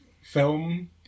film